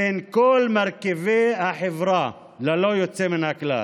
בין כל מרכיבי החברה ללא יוצא מן הכלל.